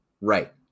Right